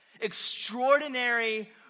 extraordinary